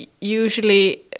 usually